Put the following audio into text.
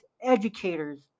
educators